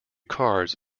cards